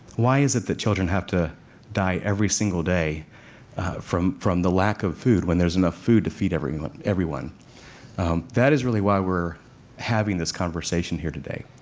why is it that children have to die every single day from from the lack of food when there's enough food to feed everyone. that that is really why we're having this conversation here today.